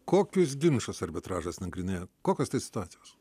kokius ginčus arbitražas nagrinėja kokios tai situacijos